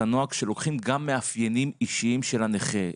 הנוהג שלוקחים גם מאפיינים אישיים של הנכה.